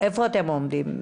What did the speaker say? איפה אתם עומדים?